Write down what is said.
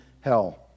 hell